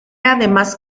además